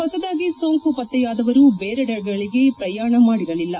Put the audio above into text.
ಹೊಸದಾಗಿ ಸೋಂಕು ಪತ್ತೆಯಾದವರು ಬೇರೆಡೆಗಳಗೆ ಪ್ರಯಾಣ ಮಾಡಿರಲಿಲ್ಲ